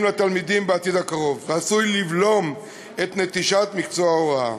לתלמידים בעתיד הקרוב ועשוי לבלום את נטישת מקצוע ההוראה.